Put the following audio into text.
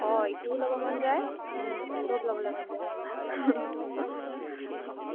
অঁ এইটোও ল'ব মন যায় চব ল'ব